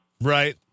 Right